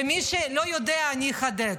ומי שלא יודע, אני אחדד.